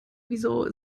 wieso